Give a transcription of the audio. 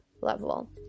level